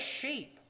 sheep